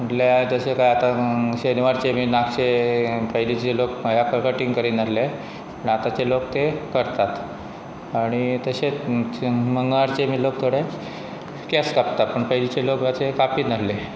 म्हटल्यार जशें काय आतां शेनवारचे बी नाखशे पयलींचे लोक ह्या कटींग करिनासले आतांचे लोक ते करतात आनी तशेंच मंगळारचे बी लोक थोडे केंस कापता पूण पयलींचे लोक अशे कापीनासले